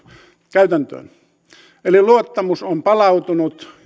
käytäntöön luottamus on palautunut